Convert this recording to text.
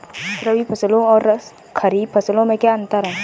रबी फसलों और खरीफ फसलों में क्या अंतर है?